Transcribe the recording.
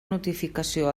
notificació